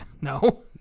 No